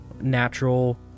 natural